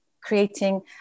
creating